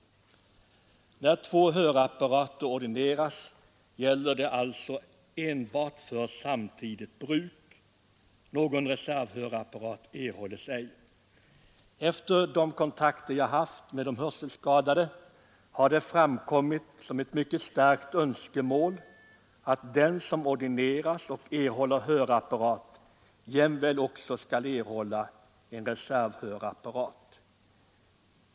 När två hörapparater ordineras till samma person gäller det emellertid enbart för samtidigt bruk; någon reservhörapparat får vederbörande inte. Vid de kontakter jag har haft med hörselskadade har det framkommit som ett mycket starkt önskemål att de som ordineras och erhåller hörapparat också skall få en reservhörapparat.